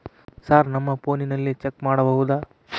Sir ನಮ್ಮ ಫೋನಿನಲ್ಲಿ check ಮಾಡಬಹುದಾ?